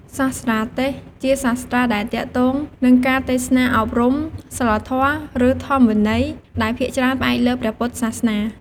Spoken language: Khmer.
សាស្ត្រាទេសន៍ ជាសាស្ត្រាដែលទាក់ទងនឹងការទេសនាអប់រំ សីលធម៌ ឬធម្មវិន័យ ដែលភាគច្រើនផ្អែកលើព្រះពុទ្ធសាសនា។